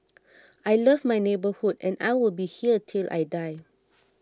I love my neighbourhood and I will be here till I die